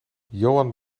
johan